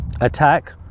attack